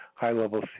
high-level